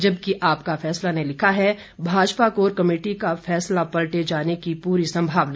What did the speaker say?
जबकि आपका फैसला ने लिखा है भाजपा कोर कमेटी का फैसला पलटे जाने की पूरी संभावना